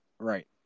Right